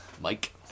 Mike